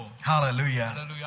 Hallelujah